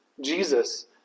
Jesus